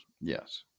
Yes